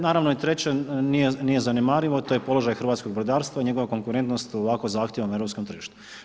Naravno i treće nije zanemarivo, to je položaj hrvatskog brodarstva i njegova konkurentnost u ovako zahtjevnom europskom tržištu.